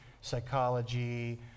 psychology